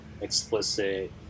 explicit